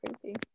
crazy